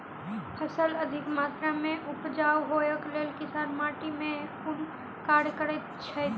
फसल अधिक मात्रा मे उपजाउ होइक लेल किसान माटि मे केँ कुन कार्य करैत छैथ?